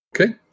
Okay